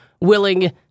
willing